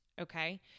okay